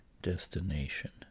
destination